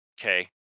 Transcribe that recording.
okay